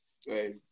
Hey